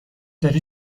داری